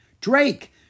Drake